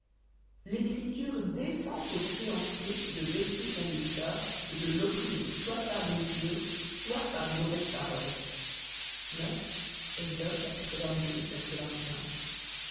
l'écriture défend au créancier de vexer son débiteur et de l'opprimer soit par des usures soit par de mauvaises paroles